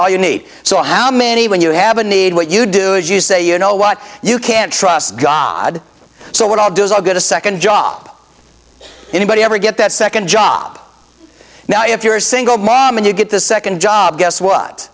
all you need so how many when you have a need what you do is you say you know what you can't trust god so what i'll do is i'll get a second job anybody ever get that second job now if you're a single mom and you get the second job guess what